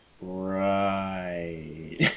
Right